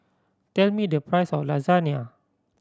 tell me the price of Lasagna